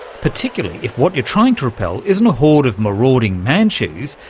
particularly if what you're trying to repel isn't a horde of marauding manchus,